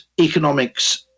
economics